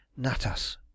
Natas